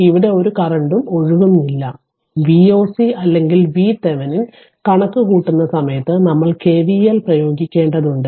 ഇവിടെ ഒരു കറന്റും ഒഴുകുന്നില്ല Voc അല്ലെങ്കിൽ VThevenin കണക്കുകൂട്ടുന്ന സമയത്ത് നമ്മൾ KVL പ്രയോഗിക്കേണ്ടതുണ്ട്